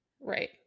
Right